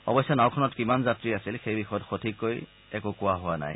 অৱশ্যে নাওখনত কিমান যাত্ৰী আছিল সেই বিষয়ত সঠিককৈ একো কোৱা হোৱা নাই